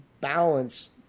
balance